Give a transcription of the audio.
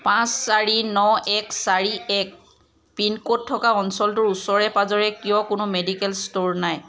পাঁচ চাৰি ন এক চাৰি এক পিনক'ড থকা অঞ্চলটোৰ ওচৰে পাঁজৰে কিয় কোনো মেডিকেল ষ্ট'ৰ নাই